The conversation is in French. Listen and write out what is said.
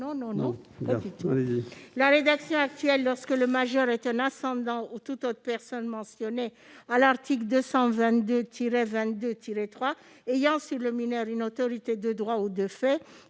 sexuelle incestueuse. La rédaction actuelle- « lorsque le majeur est un ascendant ou toute autre personne mentionnée à l'article 222-22-3 ayant sur le mineur une autorité de droit ou de fait